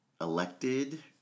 elected